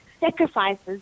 sacrifices